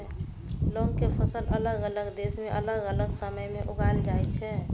लौंग के फसल अलग अलग देश मे अलग अलग समय मे उगाएल जाइ छै